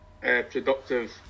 productive